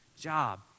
job